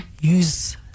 use